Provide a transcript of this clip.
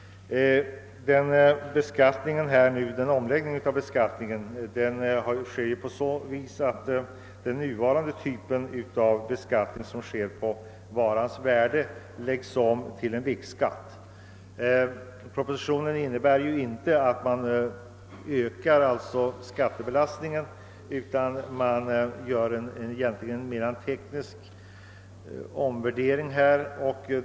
Det företas en omläggning av beskattningen på så sätt, att den nuvarande beskattningen efter varans värde läggs om till en beskattning efter vikt. Propositionen innebär att skattebelastningen inte skall ökas, utan att det görs en mera teknisk omvärdering.